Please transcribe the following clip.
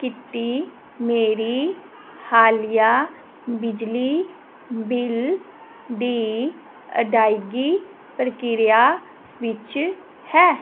ਕੀਤੀ ਮੇਰੀ ਹਾਲੀਆ ਬਿਜਲੀ ਬਿੱਲ ਦੀ ਅਦਾਇਗੀ ਪ੍ਰਕਿਰਿਆ ਵਿੱਚ ਹੈ